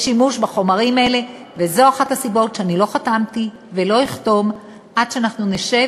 זאת אחת הסיבות שלא חתמתי ולא אחתום עד שנשב